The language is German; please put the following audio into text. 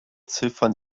ziffern